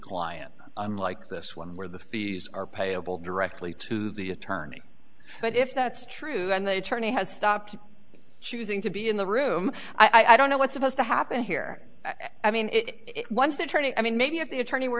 client unlike this one where the fees are payable directly to the attorney but if that's true and the attorney has stopped choosing to be in the room i don't know what's supposed to happen here i mean it once the attorney i mean maybe if the attorney were